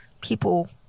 people